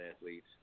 athletes